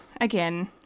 again